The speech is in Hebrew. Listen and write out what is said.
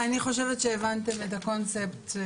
אני חושבת שהבנתם את הקונספט.